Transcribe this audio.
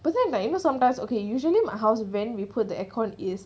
but then like you know sometimes okay usually my house when we put the air con is